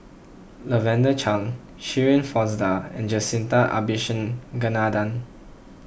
Lavender Chang Shirin Fozdar and Jacintha Abisheganaden